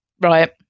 Right